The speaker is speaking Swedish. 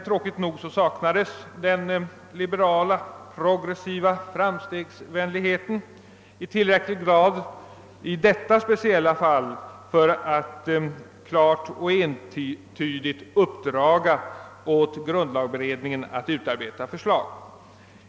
Tråkigt nog fanns emellertid inte i detta fall tillräckligt av den liberala, progressiva framstegsvänligheten och viljan att klart och entydigt uppdra åt grundlagberedningen att utarbeta förslag.